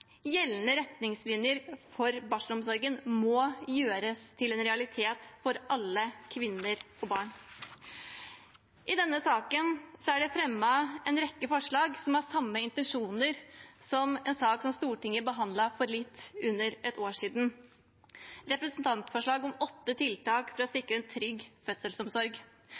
Gjeldende retningslinjer for barselomsorgen må gjøres til en realitet for alle kvinner og barn. I denne saken er det fremmet en rekke forslag som har de samme intensjonene som det var i en sak som Stortinget behandlet for litt under et år siden. Det var et representantforslag om åtte tiltak for å sikre en trygg fødselsomsorg.